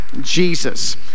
Jesus